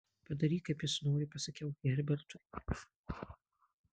padaryk kaip jis nori pasakiau herbertui